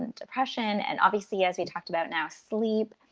depression, and obviously as we talked about, now, sleep.